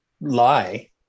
lie